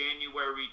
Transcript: January